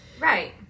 Right